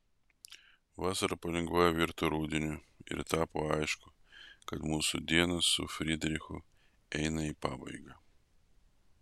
vasara palengva virto rudeniu ir tapo aišku kad mūsų dienos su fridrichu eina į pabaigą